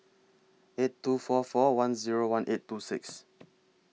eight two four four one Zero one eight two six